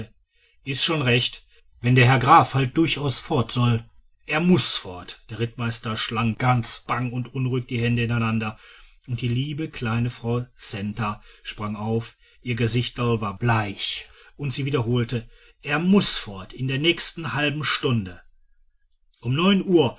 is schon recht wenn der herr graf halt durchaus fort soll er muß fort der rittmeister schlang ganz bang und unruhig die hände ineinander und die liebe kleine frau centa sprang auf und ihr gesichtel war bleich und sie wiederholte er muß fort in der nächsten halben stunde um neun uhr